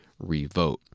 revote